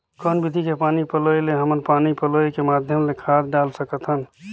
कौन विधि के पानी पलोय ले हमन पानी पलोय के माध्यम ले खाद डाल सकत हन?